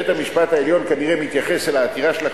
בית-המשפט העליון כנראה מתייחס אל העתירה שלך